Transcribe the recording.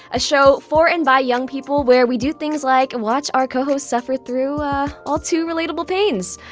a show for and by young people where we do things like watch our co-hosts suffer through all-too relatable pains!